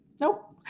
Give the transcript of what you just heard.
Nope